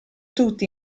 tutti